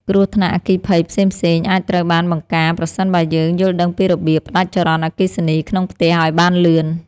គ្រោះថ្នាក់អគ្គិភ័យផ្សេងៗអាចត្រូវបានបង្ការប្រសិនបើយើងយល់ដឹងពីរបៀបផ្តាច់ចរន្តអគ្គិសនីក្នុងផ្ទះឱ្យបានលឿន។